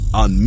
on